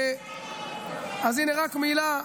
אז הינה רק מילה.